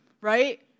right